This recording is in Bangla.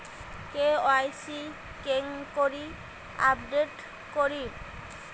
কে.ওয়াই.সি কেঙ্গকরি আপডেট করিম?